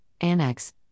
Annex